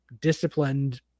disciplined